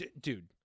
Dude